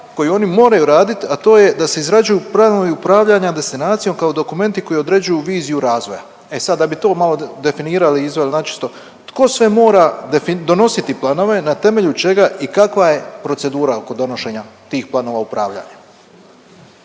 koju oni moraju radit, a to je da se izrađuju planovi upravljanja destinacijom kao dokumenti koji određuju viziju razvoja. E sad, da bi to malo definirali i izveli načisto. Tko sve mora donositi planove, na temelju čega i kakva je procedura oko donošenja tih planova upravljanja?